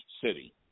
city